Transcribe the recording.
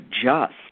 adjust